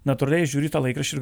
natūraliai žiūri į tą laikraštį ir